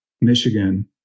Michigan